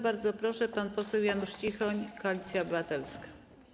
Bardzo proszę, pan poseł Janusz Cichoń, Koalicja Obywatelska.